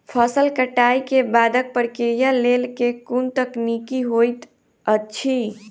फसल कटाई केँ बादक प्रक्रिया लेल केँ कुन तकनीकी होइत अछि?